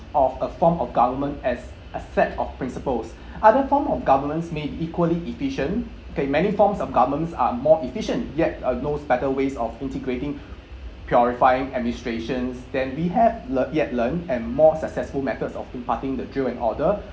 of a form of government as a set of principles other form of governments may equally efficient okay many forms of governments are more efficient yet uh knows better ways of integrating purifying administrations then we had le~ yet learn and more successful methods of departing the drill and order